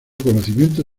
conocimiento